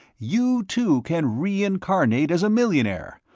you, too, can reincarnate as a millionaire!